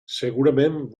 segurament